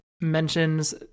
mentions